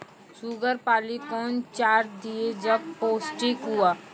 Sugar पाली कौन चार दिय जब पोस्टिक हुआ?